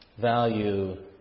value